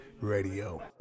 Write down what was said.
Radio